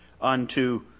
unto